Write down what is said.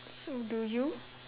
so do you